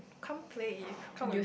come play if come with